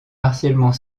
partiellement